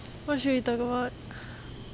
what should we talk about